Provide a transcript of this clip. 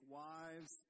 wives